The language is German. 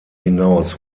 hinaus